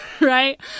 right